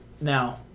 Now